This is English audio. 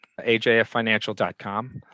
ajffinancial.com